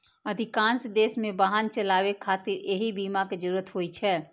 अधिकांश देश मे वाहन चलाबै खातिर एहि बीमा के जरूरत होइ छै